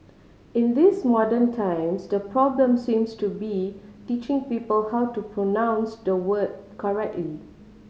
in these modern times the problem seems to be teaching people how to pronounce the word correctly